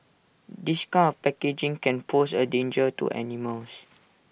this coup packaging can pose A danger to animals